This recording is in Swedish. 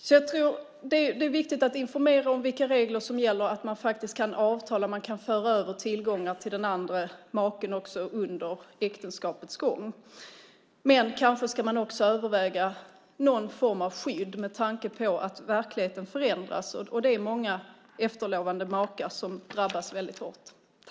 Det är viktigt att informera om vilka regler som gäller och att man faktiskt kan avtala och föra över tillgångar till den andra maken också under äktenskapets gång. Men man kanske också ska överväga någon form av skydd med tanke på att verkligheten förändras. Det är många efterlevande makar som drabbas hårt.